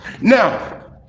Now